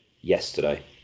yesterday